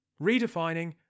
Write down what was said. Redefining